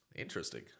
interesting